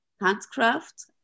handcraft